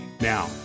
Now